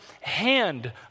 hand